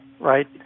right